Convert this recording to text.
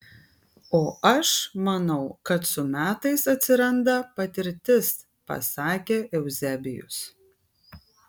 o aš manau kad su metais atsiranda patirtis pasakė euzebijus